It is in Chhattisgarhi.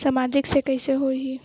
सामाजिक से कइसे होही?